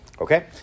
okay